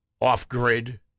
off-grid